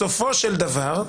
בסופו של דבר,